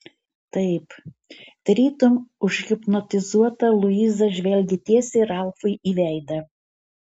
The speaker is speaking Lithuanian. taip tarytum užhipnotizuota luiza žvelgė tiesiai ralfui į veidą